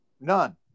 None